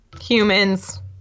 Humans